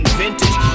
vintage